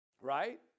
right